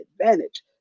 advantage